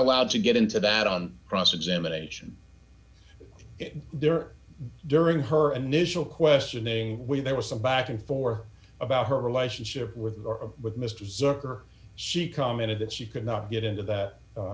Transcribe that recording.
allowed to get into that on cross examination there during her initial questioning when there was some backing for about her relationship with or with mr zucker she commented that she could not get into that